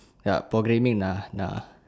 yup programming nah nah